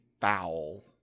foul